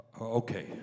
Okay